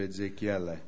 Ezekiel